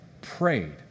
prayed